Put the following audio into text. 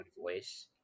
voice